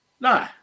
No